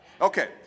Okay